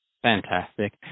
Fantastic